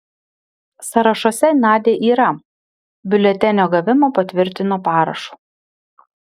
sąrašuose nadia yra biuletenio gavimą patvirtino parašu